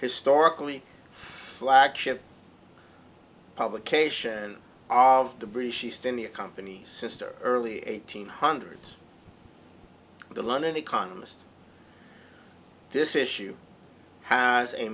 historically flagship publication of the british east india company sister early eighteen hundreds the london economist this issue has a